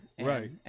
Right